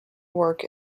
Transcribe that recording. work